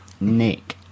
Nick